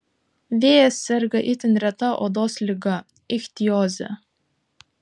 vėjas serga itin reta odos liga ichtioze